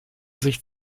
sich